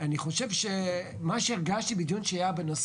שאני חושב שמה שהרגשתי בדיון שהיה בנושא